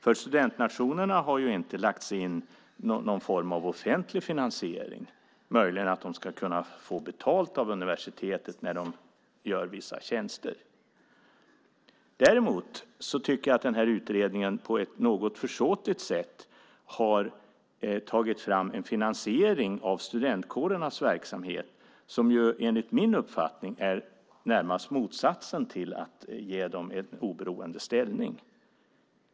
För studentnationerna har ju inte lagts in någon form av offentlig finansiering, möjligen att de ska kunna få betalt av universitetet när de gör vissa tjänster. Däremot tycker jag att den här utredningen på ett något försåtligt sätt har tagit fram en finansiering av studentkårernas verksamhet som enligt min uppfattning är närmast motsatsen till att ge dem en oberoende ställning.